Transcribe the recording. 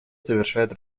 завершает